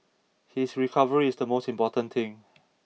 his recovery is the most important thing